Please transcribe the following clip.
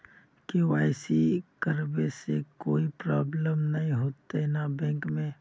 KYC करबे से कोई प्रॉब्लम नय होते न बैंक में?